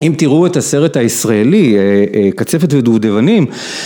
אם תראו את הסרט הישראלי "קצפת ודובדבנים"